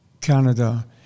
Canada